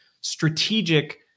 strategic